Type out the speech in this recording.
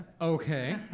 Okay